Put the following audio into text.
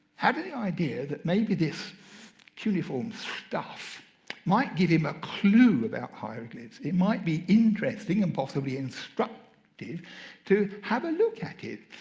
had an idea that maybe this cuneiform stuff might give him ah clue about hieroglyphs. it might be interesting and possibly instructive to have a look at it.